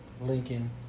Lincoln